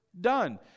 done